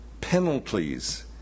penalties